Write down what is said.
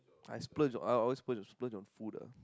I splurge I always splurge splurge on food ah